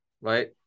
right